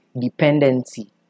dependency